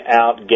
out